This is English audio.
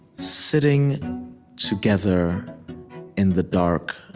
sitting together in the dark,